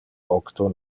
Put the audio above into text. octo